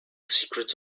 secrets